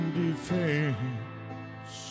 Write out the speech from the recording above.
defense